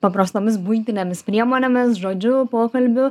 paprastomis buitinėmis priemonėmis žodžiu pokalbiu